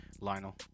Lionel